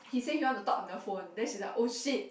he say he want to talk on the phone then she's like oh shit